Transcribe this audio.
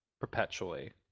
perpetually